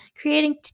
creating